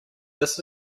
this